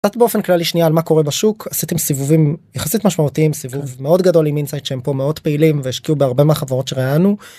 באופן כללי שנייה על מה קורה בשוק עשיתם סיבובים יחסית משמעותיים סיבוב מאוד גדול עם אינסייט שהם פה מאוד פעילים והשקיעו בהרבה מהחברות שראיינו.